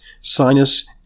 sinus